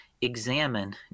examine